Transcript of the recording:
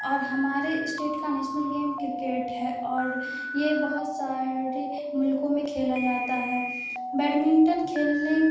اور ہمارے اسٹیٹ کا نیشنل گیم کرکٹ ہے اور یہ بہت سارے ملکوں میں کھیلا جاتا ہے بیڈمنٹن کھیلنے